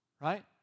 right